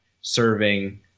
serving